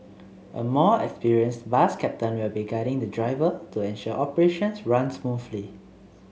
a more experienced bus captain will be guiding the driver to ensure operations run smoothly